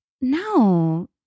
no